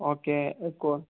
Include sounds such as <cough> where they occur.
okay <unintelligible>